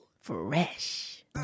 Fresh